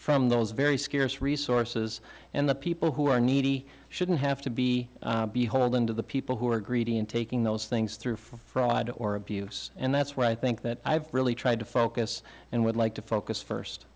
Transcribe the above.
from those very scarce resources and the people who are needy shouldn't have to be beholden to the people who are greedy and taking those things through fraud or abuse and that's where i think that i've really tried to focus and would like to focus first